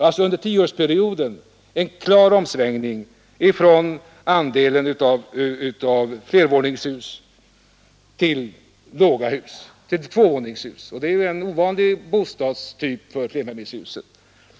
Under den tioårsperioden har det alltså skett en klar omsvängning från byggande av flervåningshus till tvåvåningshus, som är en ovanlig typ av flerfamiljshus.